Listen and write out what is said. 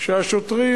שהשוטרים